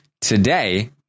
today